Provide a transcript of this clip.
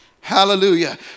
Hallelujah